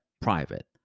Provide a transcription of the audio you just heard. private